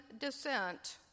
descent